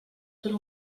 per